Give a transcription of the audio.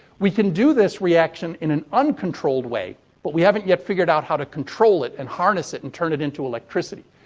we can do this reaction in an uncontrolled way, but we haven't yet figured out how to control it and harness it and turn it into electricity.